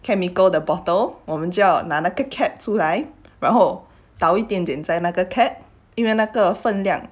chemical the bottle 我们就要拿那个 cap 出来然后倒一点点在那个 cap 因为那个分量